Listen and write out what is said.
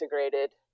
integrated